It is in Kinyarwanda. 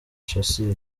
shassir